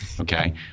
okay